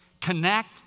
Connect